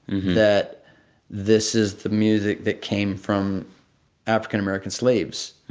that this is the music that came from african-american slaves.